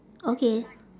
okay